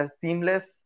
seamless